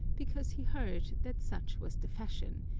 because he heard that such was the fashion,